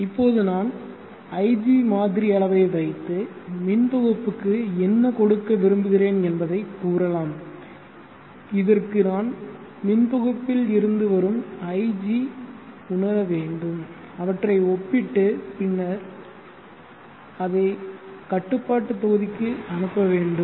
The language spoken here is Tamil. இப்போது நான் ig மாதிரி அளவை வைத்து மின் தொகுப்புக்கு என்ன கொடுக்க விரும்புகிறேன் என்பதை கூறலாம் இதற்கு நான் மின் தொகுப்பில் இருந்து வரும் ig உணர வேண்டும் அவற்றை ஒப்பிட்டு பின்னர் அதை கட்டுப்பாட்டு தொகுதிக்கு அனுப்ப வேண்டும்